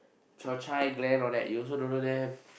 Chao-Chai Glenn all that you also don't know them